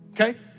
okay